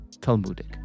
Talmudic